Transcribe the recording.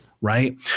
right